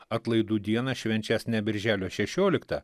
atlaidų dieną švenčiąs ne birželio šešioliktą